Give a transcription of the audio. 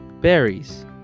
Berries